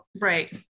Right